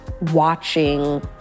watching